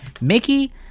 Mickey